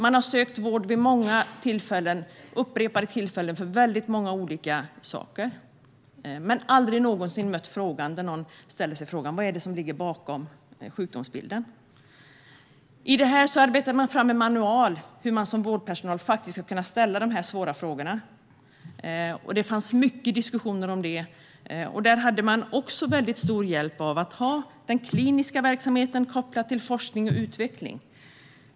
De har sökt vård vid upprepade tillfällen för väldigt många olika saker. Men de har aldrig någonsin upplevt att någon ställer sig frågan: Vad är det som ligger bakom sjukdomsbilden? I detta arbetade de fram en manual för hur man som vårdpersonal ska kunna ställa de svåra frågorna. Det fanns mycket diskussioner om det. Där hade de också väldigt stor hjälp av att ha den kliniska verksamheten kopplad till forskning och utveckling.